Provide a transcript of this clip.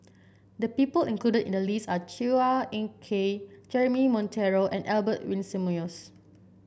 the people included in the list are Chua Ek Kay Jeremy Monteiro and Albert Winsemius